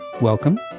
welcome